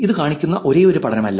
ഇത് കാണിക്കുന്ന ഒരേയൊരു പഠനമല്ല